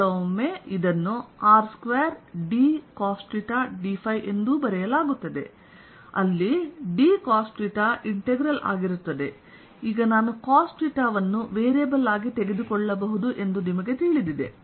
ಕೆಲವೊಮ್ಮೆ ಇದನ್ನು r2dcosθdϕ ಎಂದೂ ಬರೆಯಲಾಗುತ್ತದೆ ಅಲ್ಲಿ dcosθಇಂಟೆಗ್ರಲ್ ಆಗಿರುತ್ತದೆ ಈಗ ನಾನು cosθ ಅನ್ನು ವೇರಿಯೇಬಲ್ ಆಗಿ ತೆಗೆದುಕೊಳ್ಳಬಹುದು ಎಂದು ನಿಮಗೆ ತಿಳಿದಿದೆ